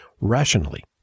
rationally